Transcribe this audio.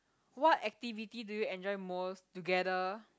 what activity do you enjoy most together